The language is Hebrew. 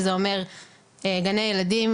שזה אומר גני ילדים,